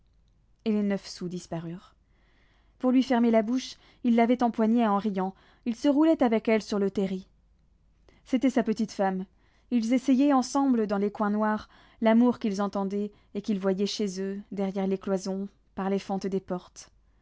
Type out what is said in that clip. et les neuf sous disparurent pour lui fermer la bouche il l'avait empoignée en riant il se roulait avec elle sur le terri c'était sa petite femme ils essayaient ensemble dans les coins noirs l'amour qu'ils entendaient et qu'ils voyaient chez eux derrière les cloisons par les fentes des portes